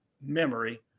memory